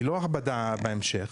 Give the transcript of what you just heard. ולא בהמשך